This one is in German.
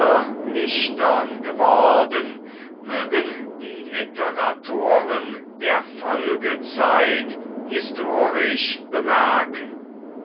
irrlichtern geworden mögen die literatoren der folgezeit historisch bemerken